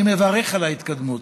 אני מברך על ההתקדמות,